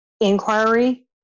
inquiry